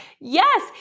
Yes